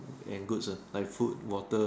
and goods ah like food water